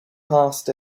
past